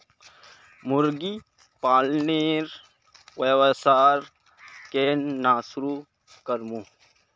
मुर्गी पालनेर व्यवसाय केन न शुरु करमु